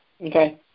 Okay